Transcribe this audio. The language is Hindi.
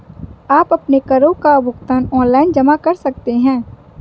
आप अपने करों का भुगतान ऑनलाइन जमा कर सकते हैं